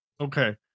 Okay